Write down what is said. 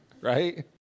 Right